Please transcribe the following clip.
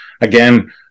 again